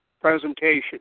presentation